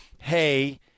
hey